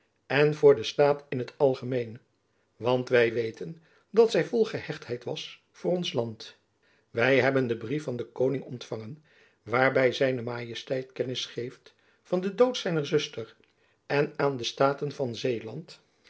en voor den staat in t algemeen want wy weten dat zy vol gehechtheid was voor ons land wy hebben den brief van den koning ontfangen waarby z m kennis geeft van den dood zijner zuster en aan de staten van zeeland